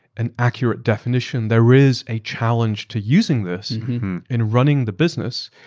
an accurate definition, there is a challenge to using this in running the business,